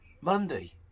Monday